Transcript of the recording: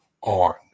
on